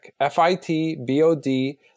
F-I-T-B-O-D